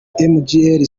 mgr